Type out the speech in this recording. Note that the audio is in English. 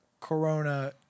Corona